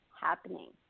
happening